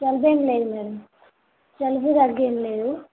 జలుబు ఏమి లేదు మేడం జలుబు దగ్గు ఏమి లేదు